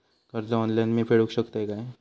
कर्ज ऑनलाइन मी फेडूक शकतय काय?